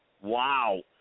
wow